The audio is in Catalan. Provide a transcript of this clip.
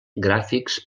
gràfics